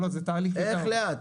זה תהליך --- איך לאט?